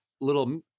little